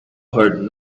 heard